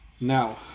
now